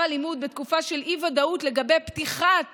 לימוד בתקופה של אי-ודאות לגבי פתיחת